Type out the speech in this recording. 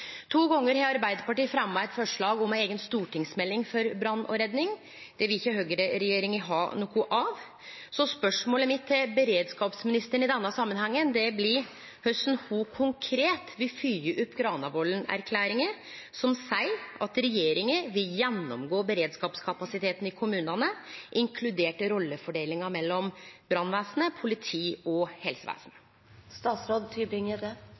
To gonger har Arbeidarpartiet fremja eit forslag om ei eiga stortingsmelding for brann og redning. Det vil ikkje høgreregjeringa ha noko av. Så spørsmålet mitt til beredskapsministeren i denne samanhengen blir: Korleis vil ho konkret fylgje opp Granavolden-plattforma, som seier at regjeringa vil gjennomgå beredskapskapasiteten i kommunane, inkludert rollefordelinga mellom brannvesen, politi og helsevesen?